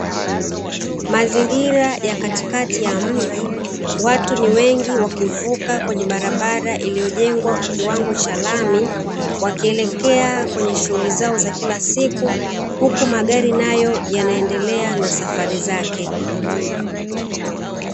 Mazingira ya katikati ya mji, watu ni wengi wakivuka kwenye barabara iliyojengwa kwa kiwango cha rami wakielekea kwenye shughuli zao za kila siku, huku magari nayo yanaendelea na safari zake.